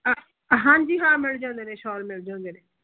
ਹਾਂ ਹਾਂਜੀ ਹਾਂ ਮਿਲ ਜਾਂਦੇ ਨੇ ਸ਼ਾਲ ਮਿਲ ਜਾਂਦੇ ਨੇ